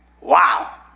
Wow